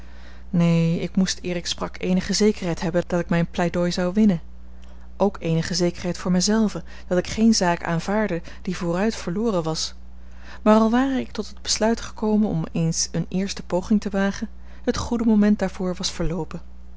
neen ik moest eer ik sprak eenige zekerheid hebben dat ik mijn pleidooi zoude winnen ook eenige zekerheid voor mij zelven dat ik geen zaak aanvaardde die vooruit verloren was maar al ware ik tot het besluit gekomen om eens eene eerste poging te wagen het goede moment daarvoor was verloopen